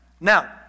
Now